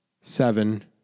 seven